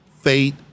fate